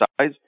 size